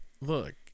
look